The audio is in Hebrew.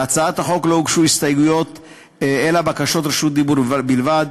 להצעת החוק לא הוגשו הסתייגויות אלא בקשות רשות דיבור בלבד.